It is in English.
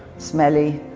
smelly,